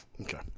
Okay